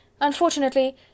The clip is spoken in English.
Unfortunately